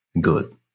good